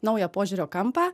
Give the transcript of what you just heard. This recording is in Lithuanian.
naują požiūrio kampą